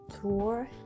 tour